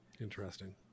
Interesting